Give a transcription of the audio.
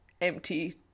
empty